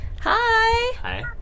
Hi